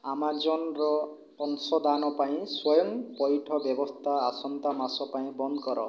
ଆମାଜନ୍ର ଅଂଶଦାନ ପାଇଁ ସ୍ଵୟଂ ପଇଠ ବ୍ୟବସ୍ଥା ଆସନ୍ତା ମାସ ପାଇଁ ବନ୍ଦ କର